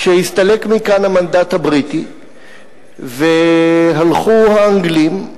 כשהסתלק מכאן המנדט והלכו האנגלים,